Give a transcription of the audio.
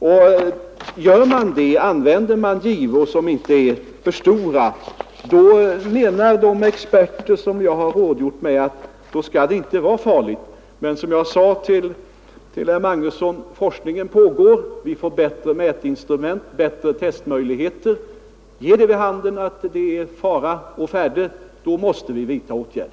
Och de experter som jag rådgjort med menar att om man använder givor som inte är för stora så skall det inte vara farligt. Men det är som jag sade till herr Magnusson i Kristinehamn: Forskningen pågår, vi får bättre mätinstrument, bättre testmöjligheter. Ger det vid handen att det är fara å färde, då måste vi vidta åtgärder.